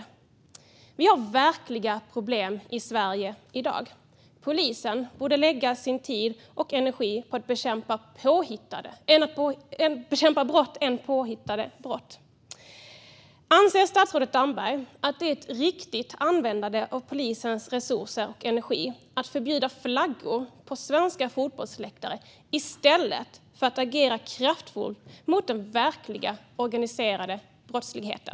Men vi har verkliga problem i Sverige i dag. Polisen borde lägga mer av sin tid och energi på att bekämpa brott än på att bekämpa påhittade brott. Anser statsrådet Damberg att det är ett riktigt användande av polisens resurser och energi att förbjuda flaggor på svenska fotbollsläktare i stället för att agera kraftfullt mot den verkliga organiserade brottsligheten?